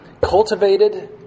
cultivated